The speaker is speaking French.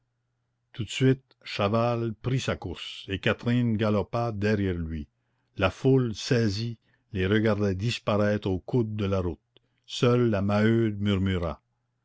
tout de suite chaval prit sa course et catherine galopa derrière lui la foule saisie les regardait disparaître au coude de la route seule la maheude murmura